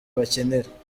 bakinira